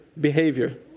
behavior